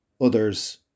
others